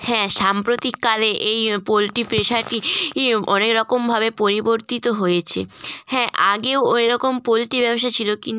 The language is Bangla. হ্যাঁ সাম্প্রতিককালে এই পোল্ট্রি পেশাটি ই অনেক রকমভাবে পরিবর্তিত হয়েছে হ্যাঁ আগেও এরকম পোল্ট্রি ব্যবসা ছিলো কিন্তু